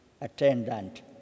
attendant